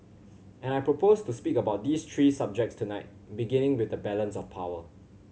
and I propose to speak about these three subjects tonight beginning with the balance of power